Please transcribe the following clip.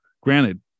Granted